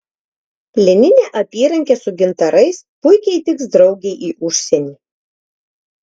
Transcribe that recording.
lininė apyrankė su gintarais puikiai tiks draugei į užsienį